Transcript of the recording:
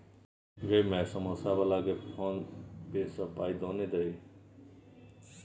गै माय समौसा बलाकेँ फोने पे सँ पाय दए ना दही